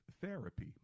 therapy